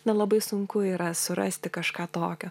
na labai sunku yra surasti kažką tokio